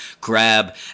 grab